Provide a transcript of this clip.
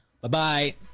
Bye-bye